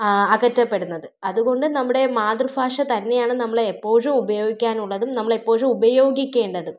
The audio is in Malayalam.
അകറ്റപ്പെടുന്നത് അതുകൊണ്ട് നമ്മുടെ മാതൃഫാഷ തന്നെയാണ് നമ്മൾ എപ്പോഴും ഉപയോഗിക്കാനുള്ളതും നമ്മളെപ്പോഴും ഉപയോഗിക്കേണ്ടതും